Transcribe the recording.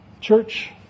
Church